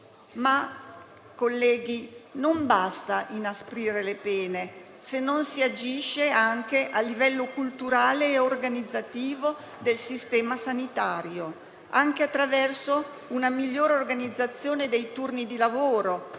Colleghi, non basta però inasprire le pene, se non si agisce anche a livello culturale e organizzativo del sistema sanitario, anche attraverso una migliore organizzazione dei turni di lavoro